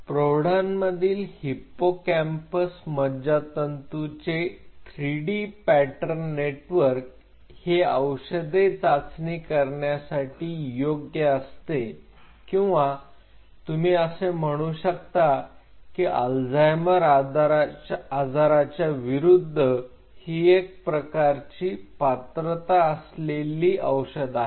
प्रौढांमधील hippocampus मज्जातंतूंचे 3D pattern network हे औषधे चाचणी करण्यासाठी योग्य असते किंवा तुम्ही असे म्हणू शकता की अल्झायमर आजाराच्या विरुद्ध ही एक प्रकारचे पात्रता असलेली औषध आहे